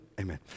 Amen